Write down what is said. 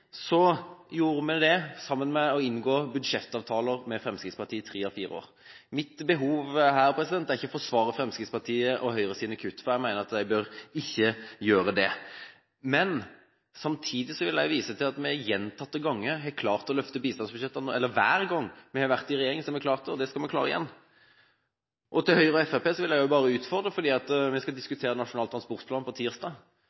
gjorde vi det ved å inngå budsjettavtaler med Fremskrittspartiet i tre av fire år. Jeg har ikke behov for å forsvare Fremskrittspartiet og Høyres kutt, for jeg mener at de ikke bør gjøre det, men samtidig vil jeg vise til at vi hver gang vi har vært i regjering, har klart å løfte bistandsbudsjettene, og det skal vi klare igjen. Jeg vil utfordre Høyre og Fremskrittspartiet. Vi skal diskutere Nasjonal transportplan på tirsdag, og jeg er ganske sikker på at